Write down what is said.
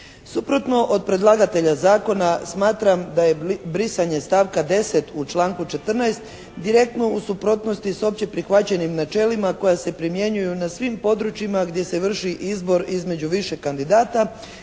Suprotno od predlagatelja zakona smatram da je brisanje stavka 10. u članku 14. direktno u suprotnosti s opće prihvaćenim načelima koja se primjenjuju na svim područjima gdje se vrši izbor između više kandidata